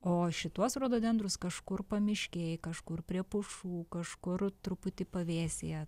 o šituos rododendrus kažkur pamiškėj kažkur prie pušų kažkur truputį pavėsyje